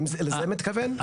האם לזה אתה מתכוון?